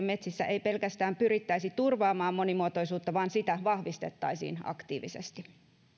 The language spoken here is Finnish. metsissä ei pelkästään pyrittäisi turvaamaan monimuotoisuutta vaan sitä vahvistettaisiin aktiivisesti